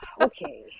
okay